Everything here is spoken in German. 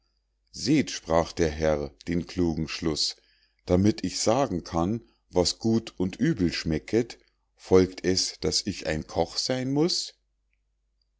seht sprach der herr den klugen schluß damit ich sagen kann was gut und übel schmecket folgt es daß ich ein koch seyn muß